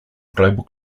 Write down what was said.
global